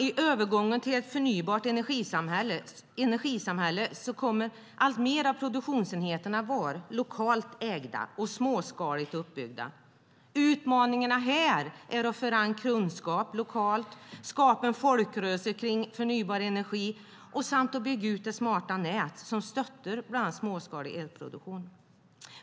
I övergången till ett förnybart energisamhälle kommer alltmer av produktionsenheterna att vara lokalt ägda och småskaligt uppbyggda. Utmaningarna här är att förankra kunskap lokalt, skapa en folkrörelse kring förnybar energi, samt att bygga ut det smarta nät som stöttar bland annat småskalig elproduktion.